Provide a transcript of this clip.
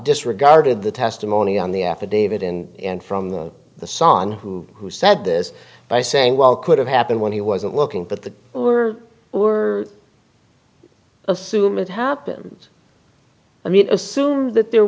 disregarded the testimony on the affidavit and from the son who who said this by saying well could have happened when he wasn't looking at the we're we're assume it happened i mean assume that there